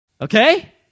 Okay